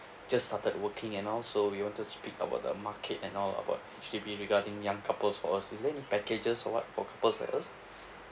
just started working and all so we wanted to speak about the market and all about H_D_B regarding young couples for us is there any packages or [what] for couples like us